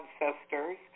ancestors